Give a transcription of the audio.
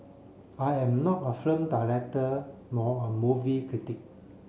I am not a film director nor a movie critic